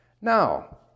Now